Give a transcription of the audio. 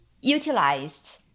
utilized